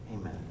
Amen